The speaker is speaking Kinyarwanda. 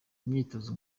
imyitozo